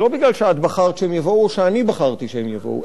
זה לא מפני שאת בחרת שהם יבואו או שאני בחרתי שהם יבואו.